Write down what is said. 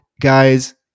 guys